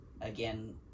Again